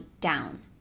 down